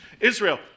Israel